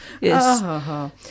yes